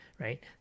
right